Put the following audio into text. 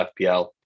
FPL